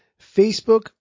Facebook